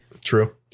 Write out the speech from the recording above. True